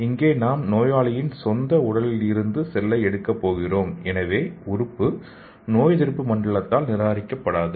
இங்கே நாம் நோயாளியின் சொந்த உடலில் இருந்து செல்லை எடுக்கப் போகிறோம் எனவே உறுப்பு நோயெதிர்ப்பு மண்டலத்தால் நிராகரிக்கப் படாது